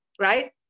right